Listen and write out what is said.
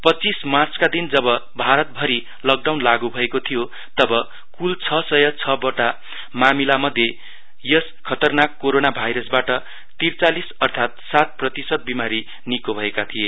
पञ्चीस मार्चका दिन जब भारतभरी लकडाउन लागू भएको थियो तब कुल छ सय छवटा मामिला मध्ये यस खतरनाक कोरोना भाइरसबाट तीर्चालीस अर्थात सात प्रतिशत विरामी निको भएका थिए